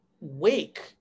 wake